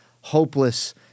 hopeless